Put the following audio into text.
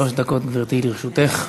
שלוש דקות, גברתי, לרשותך.